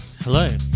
Hello